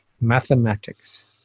mathematics